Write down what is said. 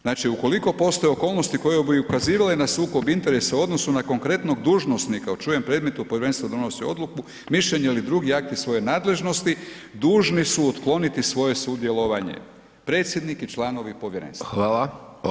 Znači, ukoliko postoje okolnosti koje bi ukazivale na sukob interesa u odnosu na konkretnog dužnosnika u čijem predmetu povjerenstvo donosi odluku, mišljenje ili drugi akti svoje nadležnosti, dužni su otkloniti svoje sudjelovanje, predsjednik i članovi povjerenstva.